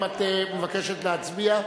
האם את מבקשת להצביע,